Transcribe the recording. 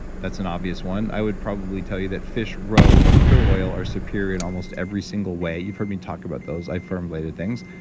that's an obvious one. i would probably tell you that fish roe or krill oil are superior in almost every single way. you've heard me talk about those, i formulated things.